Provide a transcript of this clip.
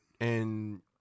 and-